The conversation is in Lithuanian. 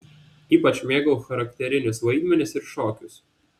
ypač mėgau charakterinius vaidmenis ir šokius